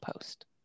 post